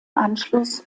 anschluss